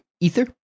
Ether